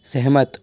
सहमत